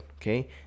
okay